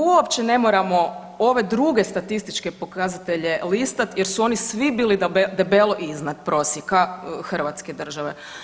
Uopće ne moramo ove druge statističke pokazatelje listati jer su oni svi bili debelo iznad prosjeka Hrvatske države.